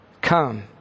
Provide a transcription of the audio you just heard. Come